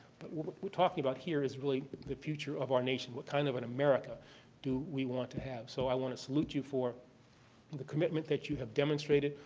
but what what we're talking about here is really the future of our nation, what kind of an america do we want to have. so i want to solute you for and the commitment that you have demonstrated,